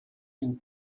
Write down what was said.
vous